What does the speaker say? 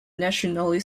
nationally